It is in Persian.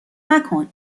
مکن